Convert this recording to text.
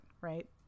right